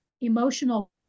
emotional